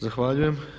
Zahvaljujem.